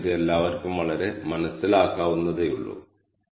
csv ൽ നിന്നുള്ള data വായിക്കാൻ ഞാൻ ശ്രമിക്കുന്നു